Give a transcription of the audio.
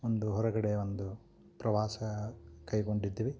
ಒಂದು ಹೊರಗಡೆ ಒಂದು ಪ್ರವಾಸ ಕೈಗೊಂಡಿದ್ವಿ